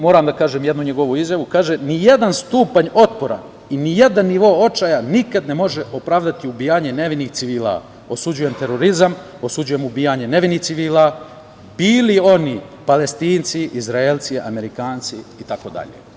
Moram da kažem jednu njegovu izjavu koja kaže – nijedan stupanj otpora i nijedan nivo očaja nikada ne može opravdati ubijanje nevinih civila, osuđujem terorizam, osuđujem ubijanje nevinih civila, bili oni Palestinci, Izraelci, Amerikanci itd.